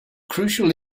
crucial